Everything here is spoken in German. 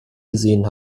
gesehen